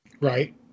Right